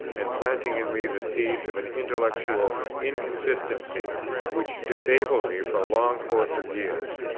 and planting in me the seeds of an intellectual inconsistency which disabled me for a long course of years.